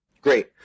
great